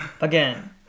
again